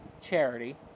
charity